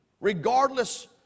Regardless